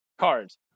cards